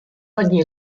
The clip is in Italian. ogni